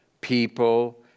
people